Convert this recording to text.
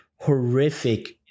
horrific